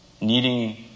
needing